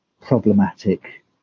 problematic